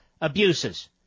abuses